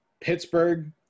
Pittsburgh